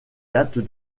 dates